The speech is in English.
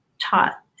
taught